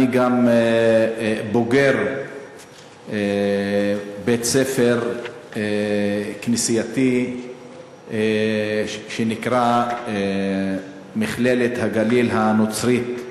אני גם בוגר בית-ספר כנסייתי שנקרא מכללת הגליל הנוצרית,